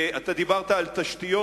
אתה דיברת על תשתיות,